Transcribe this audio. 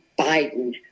Biden